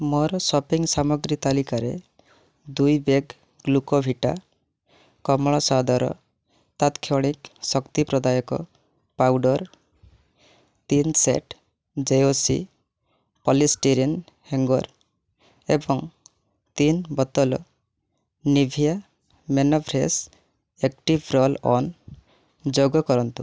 ମୋର ସପିଂ ସାମଗ୍ରୀ ତାଲିକାରେ ଦୁଇ ବ୍ୟାଗ୍ ଗ୍ଲୁକୋଭିଟା କମଳା ସ୍ୱାଦର ତତ୍କ୍ଷଣିକ ଶକ୍ତି ପ୍ରଦାୟକ ପାଉଡ଼ର୍ ତିନି ସେଟ୍ ଜେୟସୀ ପଲିଷ୍ଟିରିନ୍ ହ୍ୟାଙ୍ଗର୍ ଏବଂ ତିନି ବୋତଲ Nivea men fresh active roll on ଯୋଗ କରନ୍ତୁ